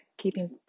keeping